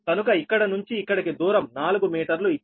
కనుక ఇక్కడి నుంచి ఇక్కడికి దూరం నాలుగు మీటర్లు ఇచ్చారు